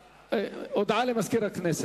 הודעה למזכיר הכנסת.